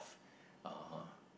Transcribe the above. uh